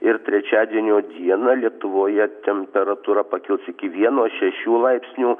ir trečiadienio dieną lietuvoje temperatūra pakils iki vieno šešių laipsnių